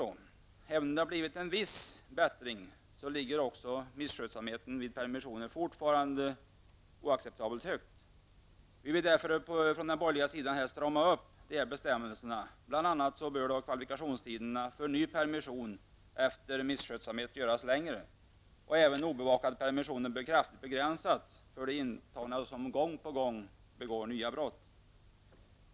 Det har visserligen blivit en viss förbättring, men fortfarande är antalet misskötta permissioner oacceptabelt högt. Vi från den borgerliga sidan vill därför strama upp bestämmelserna. Bl.a. bör kvalifikationstiderna för ny permission efter misskötsamhet göras längre. Obevakade permissioner bör kraftigt begränsas för intagna som gång på gång begår nya brott.